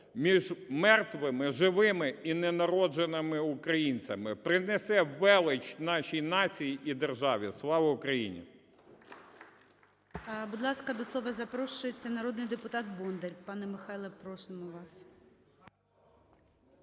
між мертвими, живими і ненародженими українцями, принесе велич нашій нації і державі. Слава Україні!